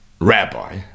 rabbi